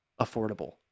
affordable